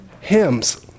Hymns